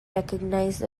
recognized